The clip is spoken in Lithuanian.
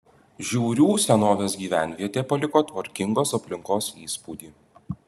žiūrių senovės gyvenvietė paliko tvarkingos aplinkos įspūdį